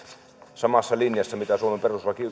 samassa linjassa mitä suomen perustuslaki